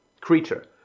creature